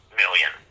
million